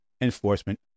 enforcement